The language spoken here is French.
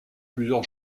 plusieurs